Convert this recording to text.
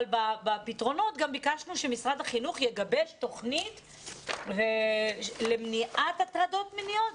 אבל בפתרונות גם ביקשנו שמשרד החינוך יגבש תוכנית למניעת הטרדות מיניות.